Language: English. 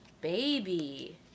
Baby